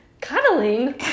Cuddling